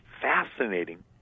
fascinating